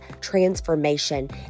transformation